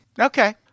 Okay